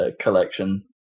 collection